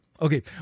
Okay